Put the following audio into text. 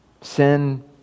sin